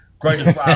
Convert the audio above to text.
greatest